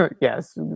Yes